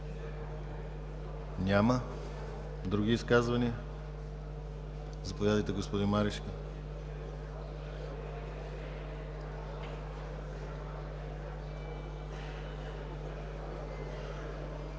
Няма. Други изказвания? Заповядайте, господин Марешки.